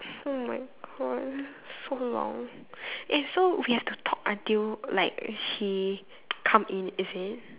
oh-my-God so long eh so we have to talk until like she come in is it